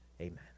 Amen